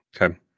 Okay